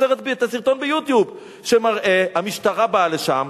הסרטון ב"YouTube" שמראה שהמשטרה באה לשם,